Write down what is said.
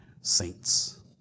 saints